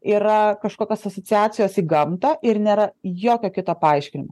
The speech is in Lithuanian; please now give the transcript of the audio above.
yra kažkokios asociacijos į gamtą ir nėra jokio kito paaiškinimo